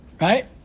right